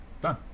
Done